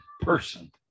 person